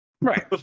Right